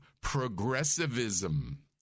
progressivism